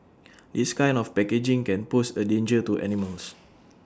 this kind of packaging can pose A danger to animals